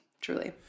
truly